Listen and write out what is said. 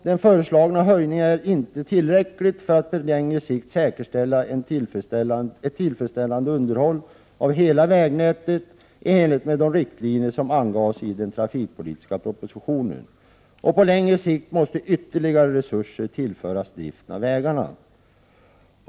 Den föreslagna höjningen är dock inte tillräcklig för att på längre sikt säkerställa ett tillfredsställande underhåll av hela vägnätet i enlighet med de riktlinjer som angavs i den trafikpolitiska propositionen. På längre sikt måste ytterligare resurser tillföras driften av vägarna.